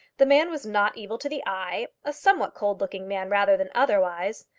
the man was not evil to the eye, a somewhat cold-looking man rather than otherwise,